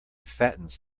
fattens